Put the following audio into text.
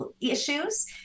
issues